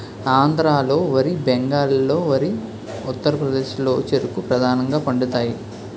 ఆంధ్రాలో వరి బెంగాల్లో వరి ఉత్తరప్రదేశ్లో చెరుకు ప్రధానంగా పండుతాయి